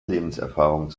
lebenserfahrung